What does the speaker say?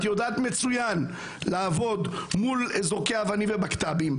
יודעת לעבוד מצוין מול זורקי אבנים ובקבוקי תבערה.